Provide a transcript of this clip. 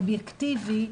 אובייקטיבי,